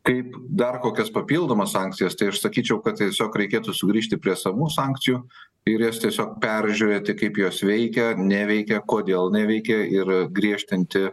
kaip dar kokias papildomas sankcijas tai aš sakyčiau kad tiesiog reikėtų sugrįžti prie esamų sankcijų ir jas tiesiog peržiūrėti kaip jos veikia neveikia kodėl neveikia ir griežtinti